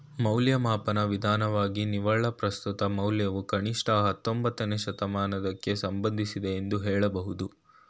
ಮೌಲ್ಯಮಾಪನ ವಿಧಾನವಾಗಿ ನಿವ್ವಳ ಪ್ರಸ್ತುತ ಮೌಲ್ಯವು ಕನಿಷ್ಠ ಹತ್ತೊಂಬತ್ತನೇ ಶತಮಾನದಕ್ಕೆ ಸಂಬಂಧಿಸಿದೆ ಎಂದು ಹೇಳಬಹುದು